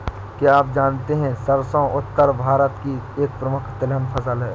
क्या आप जानते है सरसों उत्तर भारत की एक प्रमुख तिलहन फसल है?